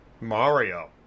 Mario